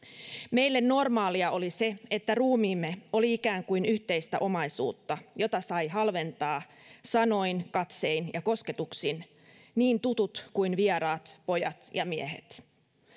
meille normaalia oli se että ruumiimme oli ikään kuin yhteistä omaisuutta jota saivat halventaa sanoin katsein ja kosketuksin niin tutut kuin vieraat pojat ja miehet